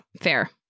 fair